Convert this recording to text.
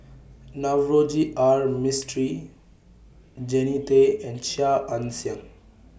Navroji R Mistri Jannie Tay and Chia Ann Siang